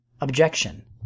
Objection